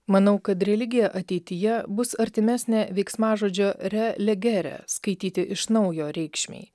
manau kad religija ateityje bus artimesnė veiksmažodžio re legere skaityti iš naujo reikšmei